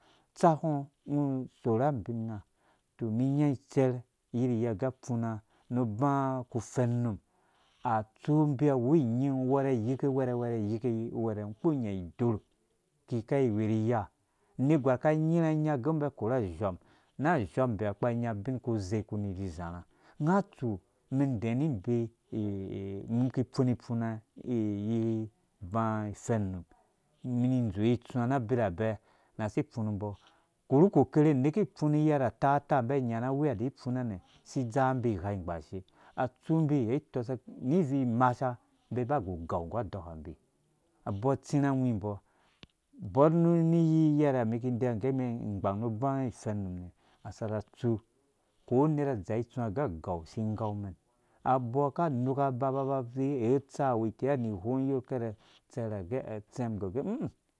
Utsakango ungo usorhe abin nga tɔ umum inya itsɛr iyiryɛ gɛ afuna nu uba kafenum atsu umbi awu nying uwɛrɛ ayike uwɛrɛ uwɛrɛ uwɛrɛ ayike uwɛrɛ kpuuru unya idorh ki kai iwe ri iya anegwar ka ini rha. anya agɛ umbi akorha azhɔm na azhɔm mbi ha mbɔ akpura anya ubin kuze uni iziza rha unga atsu umɛn idɛɛ ni ibee i-i mum iki ifunu ifunu ifuna iyi uba ifen num ini idzowe itsuwa ra abirabɛ nasi ifnumbɔ koru kokori uneke ifunu iyere utata wimbi. anya ra awiya adi ifuna nɛ. asi idzanga umbi igha ingbashe atsu umbi atos ni imimasha umbi aba gugau nggu adɔkambi abɔɔ atsirha angwimbɔ bɔr ni iyi iyɛrɛ umum iki ideyiwa ngge umɛn igbang nu uba ifɛn num nɛ asaka atsu ko unera adzaa itsu wa agɛ agau si igaumɛn abɔɔ ka anukɛ aba aba avi eh utsa wuti ni ighong ƙɛrɛ tsɛrhagɛ utsɛm age i-i